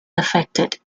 affected